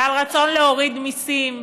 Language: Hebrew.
ועל רצון להוריד מיסים,